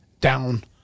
down